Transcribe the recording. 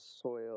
soil